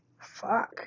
fuck